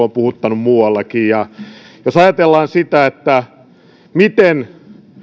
on puhuttanut niin hakaniementorilla kuin muuallakin jos ajatellaan sitä miten